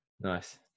Nice